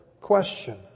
question